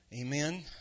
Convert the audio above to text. Amen